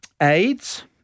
AIDS